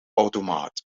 automaat